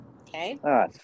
Okay